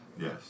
Yes